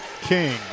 King